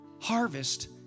harvest